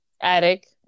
attic